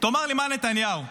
תאמר לי, מר נתניהו,